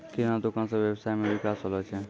किराना दुकान से वेवसाय मे विकास होलो छै